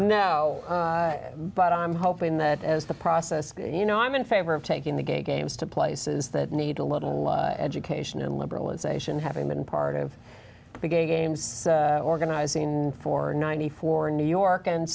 know but i'm hoping that as the process you know i'm in favor of taking the gay games to places that need a little education and liberalization having been part of the games organizing for ninety four in new york and